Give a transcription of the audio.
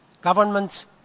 governments